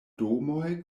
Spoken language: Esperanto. domoj